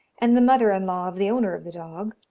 and the mother-in-law of the owner of the dog,